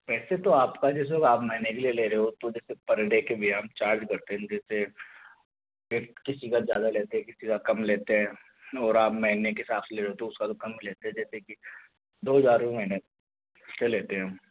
पैसे तो आपका जैसे हो आप महीने के लिए ले रहे हो तो जैसे पर डे के भी हम चार्ज करते हैं जैसे पेट किसी का ज़्यादा लेते हैं किसी का कम लेते हैं और आप महीने के हिसाब से ले रहे हो तो उसका तो कम लेते हैं जैसे की दो हज़ार रूपए महीने लेते हैं हम